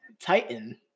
Titan